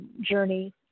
journey